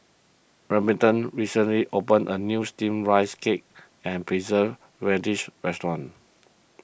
Remington recently opened a new Steamed Rice Cake and Preserved Radish restaurant